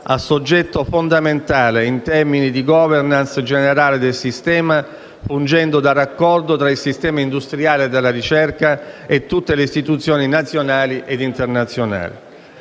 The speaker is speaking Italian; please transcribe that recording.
a soggetto fondamentale in termini di *governance* generale del sistema, fungendo da raccordo tra il sistema industriale e della ricerca e tutte le istituzioni nazionali e internazionali.